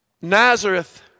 Nazareth